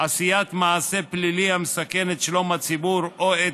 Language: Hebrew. עשיית מעשה פלילי המסכן את שלום הציבור או את